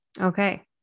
Okay